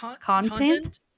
Content